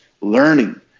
learning